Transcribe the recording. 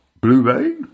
Blu-ray